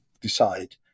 decide